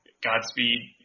Godspeed